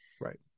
Right